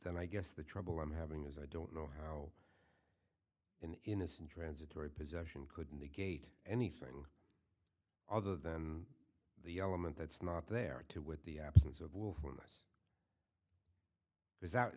then i guess the trouble i'm having is i don't know how an innocent transitory possession could and the gate anything other than the element that's not there to with the absence of willfulness because that